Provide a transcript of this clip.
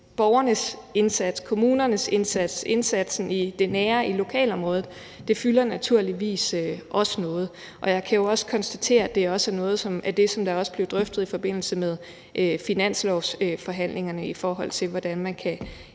borgernes indsats, kommunernes indsats, indsatsen i det nære, i lokalområdet, også fylder noget. Og jeg kan jo konstatere, at det er noget af det, som også blev drøftet i forbindelse med finanslovsforhandlingerne, i forhold til hvordan man kan involvere